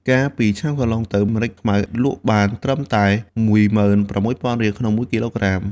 កាលពីឆ្នាំកន្លងទៅ ម្រេចខ្មៅលក់បានត្រឹមតែ ១៦០០០ រៀល ក្នុងមួយគីឡូក្រាម។